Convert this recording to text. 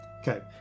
Okay